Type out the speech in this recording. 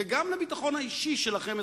וגם לביטחון האישי שלכם,